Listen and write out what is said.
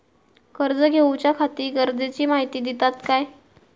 कर्ज घेऊच्याखाती गरजेची माहिती दितात काय?